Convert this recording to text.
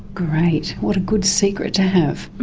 great. what a good secret to have.